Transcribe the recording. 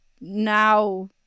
now